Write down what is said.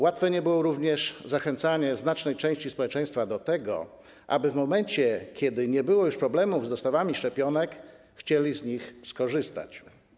Łatwe nie było również zachęcanie znacznej części społeczeństwa do tego, aby w momencie, kiedy nie było już problemów z dostawami szczepionek, obywatele chcieli z nich skorzystać.